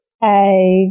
Hey